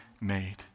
made